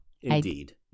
Indeed